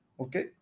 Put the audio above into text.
Okay